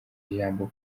ijambo